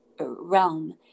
realm